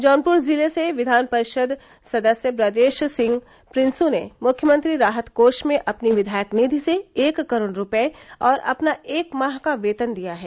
जौनपुर जिले से विधान परिषद सदस्य ब्रजेश सिंह प्रिंसू ने मुख्यमंत्री राहत कोष में अपनी विधायक निधि से एक करोड़ रूपये और अपना एक माह का वेतन दिया है